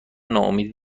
ناامید